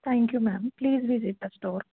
thank you ma'am please visit the store